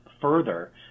further